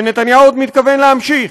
ונתניהו עוד מתכוון להמשיך.